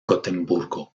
gotemburgo